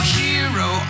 hero